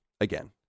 again